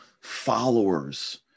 followers